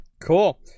Cool